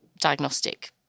diagnostic